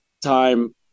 time